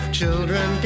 children